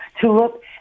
tulip